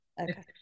Okay